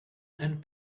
and